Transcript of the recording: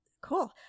Cool